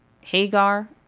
hagar